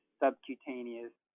subcutaneous